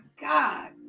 God